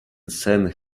saint